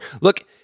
Look